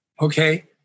Okay